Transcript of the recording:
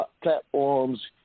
platforms